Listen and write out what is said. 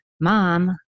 Mom